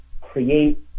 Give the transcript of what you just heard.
create